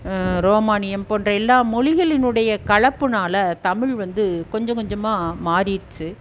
ரோமானியம் போன்ற எல்லா மொழிகளினுடைய கலப்பினால தமிழ் வந்து கொஞ்சம் கொஞ்சமாக மாறிடுச்சு